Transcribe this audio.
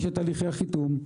יש את הליכי החיתום,